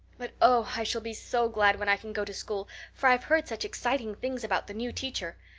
but oh, i shall be so glad when i can go to school for i've heard such exciting things about the new teacher.